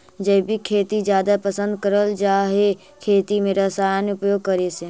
जैविक खेती जादा पसंद करल जा हे खेती में रसायन उपयोग करे से